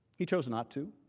he chose not to.